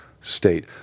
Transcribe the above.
state